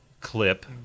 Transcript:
clip